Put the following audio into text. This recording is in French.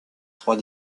trois